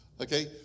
okay